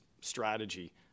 strategy